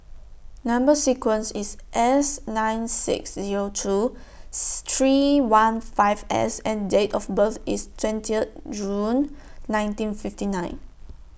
Number sequence IS S nine six Zero two three one five S and Date of birth IS twenty June nineteen fifty nine